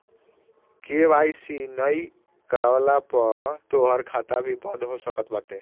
KYC नाइ करववला पअ तोहार खाता बंद भी हो सकत बाटे